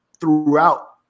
throughout